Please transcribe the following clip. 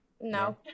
no